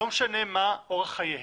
לא משנה מה אורח חייהם.